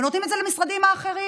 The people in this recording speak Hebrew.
ונותנים את זה למשרדים אחרים,